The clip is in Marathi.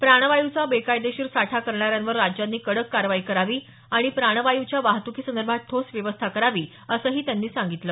प्राणवाय्चा बेकायदेशीर साठा करणाऱ्यांवर राज्यांनी कडक कारवाई करावी आणि प्राणवाय्च्या वाहत्कीसंदर्भात ठोस व्यवस्था करावी असंही त्यांनी सांगितलं